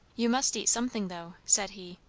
you must eat something, though, said he.